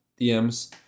DMs